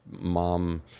mom